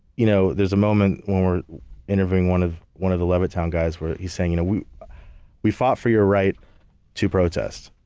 you know there's a moment when we're interviewing one of one of the levittown guys where he's saying and that we fought for your right to protest.